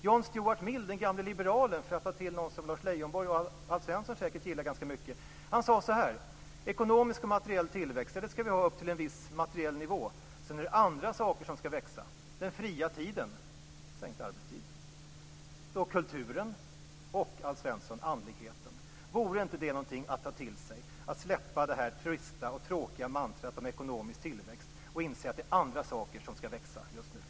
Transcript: John Stuart Mill, den gamle liberalen - för att ta till någon som Lars Leijonborg och Alf Svensson säkert gillar ganska mycket - sade att vi skall ha ekonomisk och materiell tillväxt upp till en viss materiell nivå. Sedan är det andra saker som skall växa: den fria tiden, dvs. sänkt arbetstid, kulturen och, Alf Svensson, andligheten. Vore inte det någonting att ta till sig, att släppa det trista och tråkiga mantrat om ekonomisk tillväxt och inse att det är andra saker som skall växa just nu?